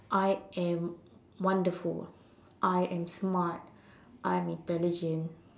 I am wonderful I am smart I am intelligent